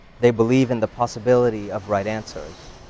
they believe in the possibility of right answers.